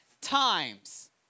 times